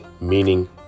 meaning